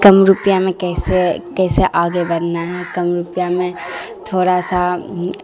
کم روپیہ میں کیسے کیسے آگے بڑھنا ہے کم روپیہ میں تھوڑا سا